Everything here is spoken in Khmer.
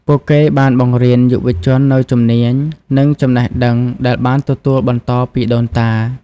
ពួកគេបានបង្រៀនយុវជននូវជំនាញ និងចំណេះដឹងដែលបានទទួលបន្តពីដូនតា។